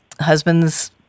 husband's